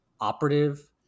operative